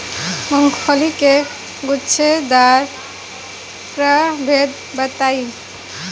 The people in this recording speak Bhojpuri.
मूँगफली के गूछेदार प्रभेद बताई?